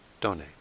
donate